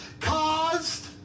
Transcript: caused